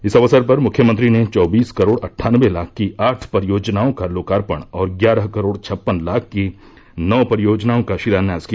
इस अवसर पर मुख्यमंत्री ने चौबीस करोड़ अट्ठानबे लाख की आठ परियोजनाओं का लोकार्पण और ग्यारह करोड़ छप्पन लाख की नौ परियोजनाओं का शिलान्यास किया